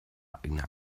eigene